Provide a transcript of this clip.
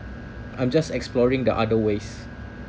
I'm just exploring the other ways